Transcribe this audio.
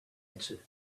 answered